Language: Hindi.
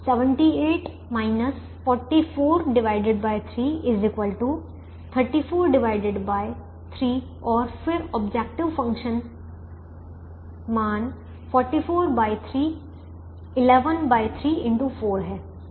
78 443 343 और फिर ऑब्जेक्टिव फ़ंक्शन मान 443 113 x 4 है